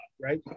right